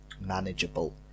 manageable